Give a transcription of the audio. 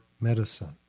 medicine